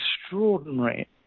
extraordinary